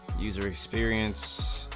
user experience